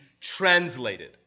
translated